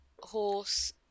horse